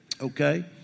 Okay